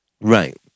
Right